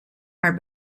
are